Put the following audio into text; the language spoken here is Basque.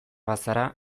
bazara